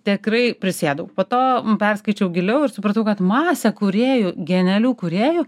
tikrai prisėdau po to perskaičiau giliau ir supratau kad masė kūrėjų genialių kūrėjų